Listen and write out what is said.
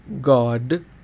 God